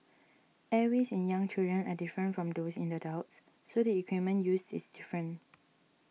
airways in young children are different from those in adults so the equipment used is different